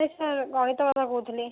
ସେ ସାର୍ ଗଣିତ କଥା କହୁଥିଲି